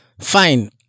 fine